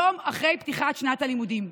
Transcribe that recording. יום אחרי פתיחת שנת הלימודים.